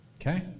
Okay